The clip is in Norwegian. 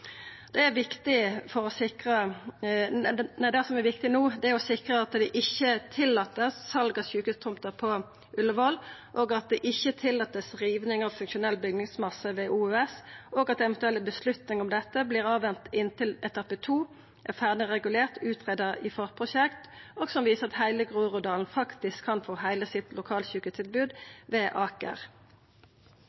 Det som er viktig no, er å sikra at ein ikkje tillèt sal av sjukehustomter på Ullevål, at ein ikkje tillèt riving av funksjonell bygningsmasse ved OUS, og at ein avventar ei eventuell avgjerd om dette inntil etappe 2 er ferdig regulert og utgreidd i forprosjekt, og viser at heile Groruddalen faktisk kan få heile sitt